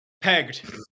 Pegged